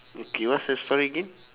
okay what's the story again